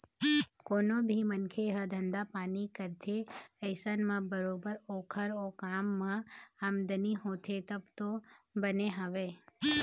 कोनो भी मनखे ह धंधा पानी करथे अइसन म बरोबर ओखर ओ काम म आमदनी होथे तब तो बने हवय